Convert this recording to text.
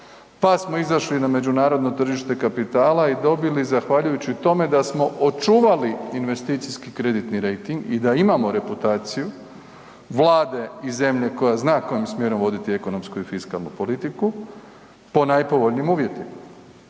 pa smo izašli na međunarodno tržište kapitala i dobili, zahvaljujući tome da smo očuvali investicijski kreditni rejting i da imamo reputaciju vlade i zemlje koja zna kojim smjerom voditi ekonomsku i fiskalnu politiku, po najpovoljnijim uvjetima.